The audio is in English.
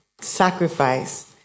sacrifice